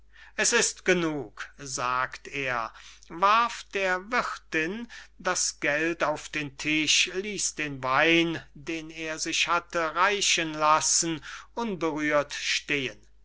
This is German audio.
es ist genug sagt er warf der wirthinn das geld auf den tisch ließ den wein den er sich hatte reichen lassen unberührt stehen